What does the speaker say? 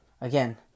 Again